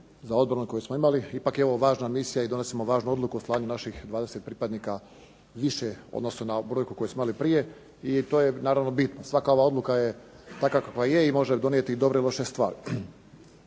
za obranu koji smo imali. Ipak je ovo važna misija i donosimo važnu odluku o slanju naših 20 pripadnika više u odnosu na brojku koju smo imali prije. I to je naravno bit. Svaka ova odluka je takva kakva je i može donijeti i dobre i loše stvari.